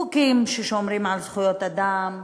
חוקים ששומרים על זכויות אדם,